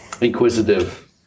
Inquisitive